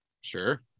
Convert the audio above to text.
Sure